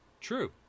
True